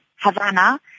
Havana